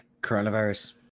coronavirus